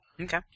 Okay